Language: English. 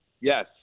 Yes